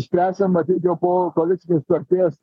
spręsim matyt jau po koalicinės sutarties